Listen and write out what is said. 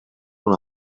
una